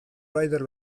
raider